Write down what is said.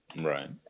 Right